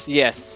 yes